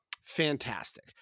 fantastic